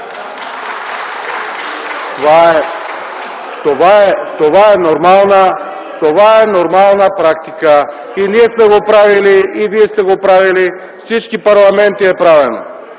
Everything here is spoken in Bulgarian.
Това е нормална практика. И ние сме го правили, и вие сте го правили, във всички парламенти е правено.